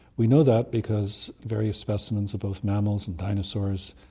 we know that because various specimens of both mammals and dinosaurs,